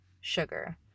sugar